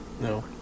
No